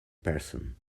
person